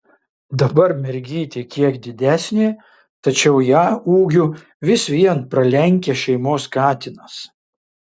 dabar mergytė kiek didesnė tačiau ją ūgiu vis vien pralenkia šeimos katinas